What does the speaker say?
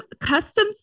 custom